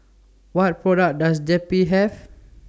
What products Does Zappy Have